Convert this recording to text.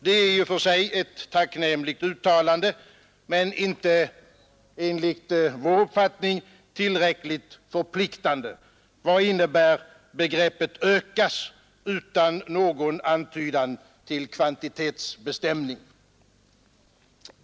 Det är i och för sig ett tacknämligt uttalande men inte enligt vår uppfattning tillräckligt förpliktande. Vad innebär begreppet ”ökas” utan någon antydan om kvantitetsbestämning?